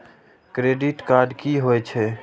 Credit card की होय छै?